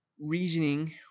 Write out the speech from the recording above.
reasoning